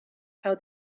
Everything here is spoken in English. how